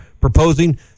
proposing